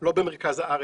ולא רק במרכז הארץ.